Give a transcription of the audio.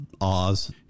Oz